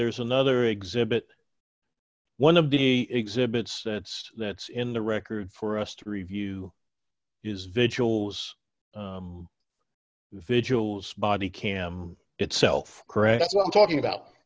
there's another exhibit one of the exhibits that's in the record for us to review is vigils vigils body cam itself correct what i'm talking about